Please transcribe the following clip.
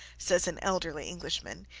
says an elderly englishman,